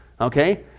okay